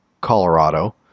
Colorado